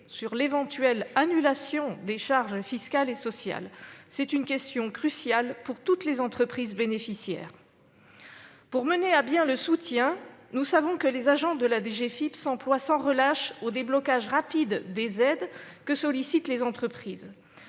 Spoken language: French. sur l'éventuelle annulation des charges fiscales et sociales ? C'est une question cruciale pour toutes les entreprises bénéficiaires. Pour mener à bien le soutien, nous savons que les agents de la direction générale des finances publiques (DGFiP) s'emploient sans relâche au déblocage rapide des aides que sollicitent les entreprises.